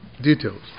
details